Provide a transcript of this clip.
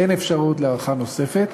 אין אפשרות להארכה נוספת,